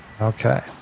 Okay